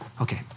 Okay